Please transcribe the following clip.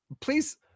please